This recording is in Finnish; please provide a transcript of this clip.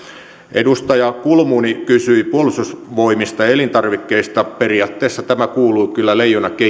edustaja kulmuni kysyi puolustusvoimista ja elintarvikkeista periaatteessa tämä kuuluu kyllä leijona